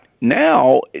now